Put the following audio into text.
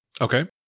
okay